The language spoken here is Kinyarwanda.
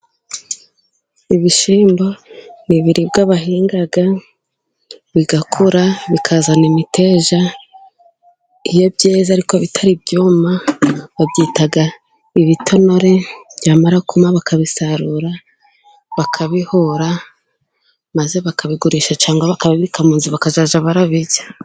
Ibishyimbo ni ibiribwa bahinga bigakura bikazana imiteja, iyo byeze ariko bitari byuma babyita ibitonore, byamara kuma bakabisarura bakabihura maze bakabigurisha, cyangwa bakabibika mu nzu bakazajya babirya.